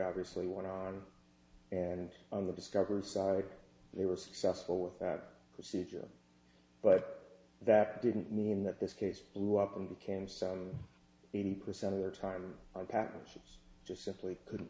obviously went on and on the discovery side they were successful with that procedure but that didn't mean that this case blew up and became so eighty percent of their time package just simply couldn't